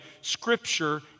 scripture